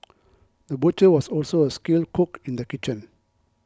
the butcher was also a skilled cook in the kitchen